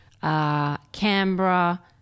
Canberra